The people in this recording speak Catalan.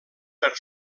per